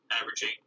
averaging